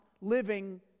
living